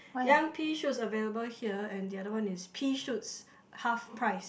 young pea shoots available here and the other one is pea shoots half price